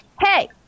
hey